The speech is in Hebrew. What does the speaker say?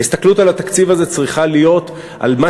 ההסתכלות על התקציב הזה צריכה להיות על מה